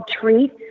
treat